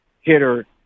hitter